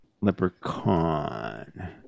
leprechaun